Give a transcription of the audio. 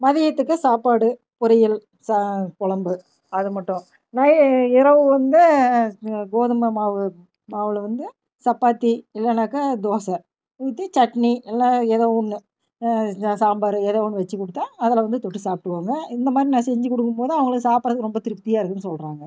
மதியத்துக்கு சாப்பாடு பொரியல் ச குழம்பு அது மட்டும் நை இரவு வந்து கோதுமை மாவு மாவில் வந்து சப்பாத்தி இல்லைனாக்கா தோசை ஊற்றி சட்னி இல்லை எதோ ஒன்று சாம்பார் எதோ ஒன்று வச்சி கொடுத்தா அதில் வந்து தொட்டு சாப்பிடுவோங்க இந்த மாதிரி நான் செஞ்சு கொடுக்கும்போ தான் அவங்களுக்கும் சாப்புடுறதுக்கு ரொம்ப திருப்த்தியாக இருக்குதுன்னு சொல்கிறாங்க